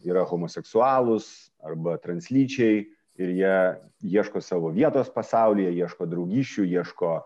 yra homoseksualūs arba translyčiai ir jie ieško savo vietos pasaulyje ieško draugysčių ieško